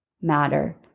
matter